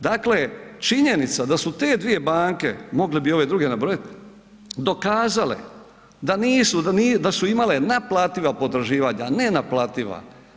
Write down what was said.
Dakle, činjenica da su te dvije banke, mogli bi ove druge nabrojati, dokazale da su imale naplativa potraživanja a nenaplativa.